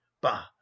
bah